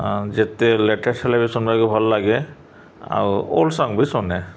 ଯେତେ ଲେଟେଷ୍ଟ ହେଲେ ବି ଶୁଣବାକୁ ଭଲ ଲାଗେ ଆଉ ଓଲ୍ଡ ସଙ୍ଗ୍ ବି ସୁନେ